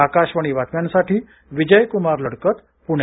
आकाशवाणी बातम्यांसाठी विजयकुमार लडकत पुणे